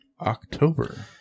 October